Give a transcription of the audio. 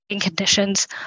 conditions